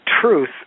truth